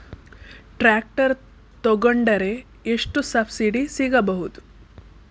Tractor ತೊಕೊಂಡರೆ ಎಷ್ಟು subsidy ಸಿಗಬಹುದು?